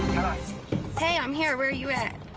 hey, i'm here. where are you at?